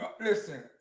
Listen